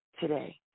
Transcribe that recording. today